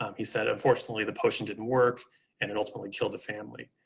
um he said, unfortunately, the potion didn't work and it ultimately killed the family.